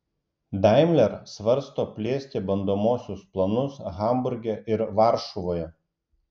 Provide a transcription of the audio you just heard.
daimler svarsto plėsti bandomuosius planus hamburge ir varšuvoje